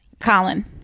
Colin